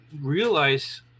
realize